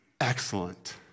excellent